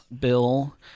bill